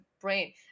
brain